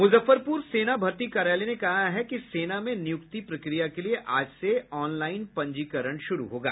मुजफ्फरपुर सेना भर्ती कार्यालय ने कहा है कि सेना में नियुक्ति प्रक्रिया के लिए आज से ऑनलाईन पंजीकरण शुरू होगा